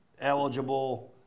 eligible